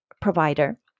provider